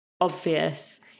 obvious